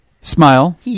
Smile